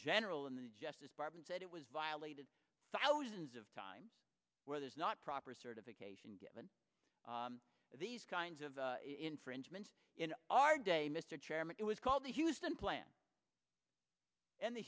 general in the justice department said it was violated thousands of times where there's not proper certification given these kinds of infringements in our day mr chairman it was called the houston plan and the